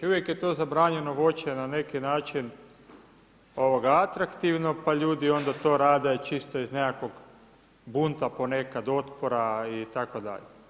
Uvijek je to zabranjeno voće na neki način atraktivno pa ljudi onda to rade čisto iz nekakvog bunta ponekad, otpora itd.